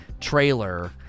trailer